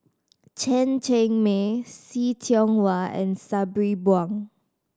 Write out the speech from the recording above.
Chen Cheng Mei See Tiong Wah and Sabri Buang